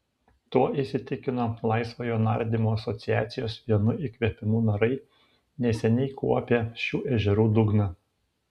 tuo įsitikino laisvojo nardymo asociacijos vienu įkvėpimu narai neseniai kuopę šių ežerų dugną